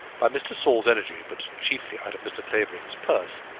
by mr. saul's energy, but chiefly out of mr. clavering's purse,